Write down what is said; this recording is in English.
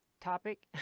topic